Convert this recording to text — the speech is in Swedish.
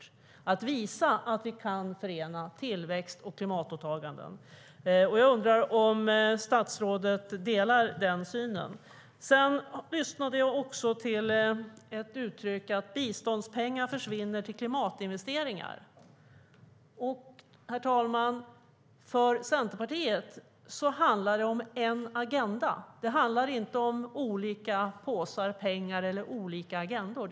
Vi kan visa att vi kan förena tillväxt och klimatåtaganden. Jag undrar om statsrådet delar den synen. Jag lyssnade också då man uttryckte att biståndspengar försvinner till klimatinvesteringar. Herr talman! För Centerpartiet handlar det om en agenda. Det handlar inte om olika påsar pengar eller olika agendor.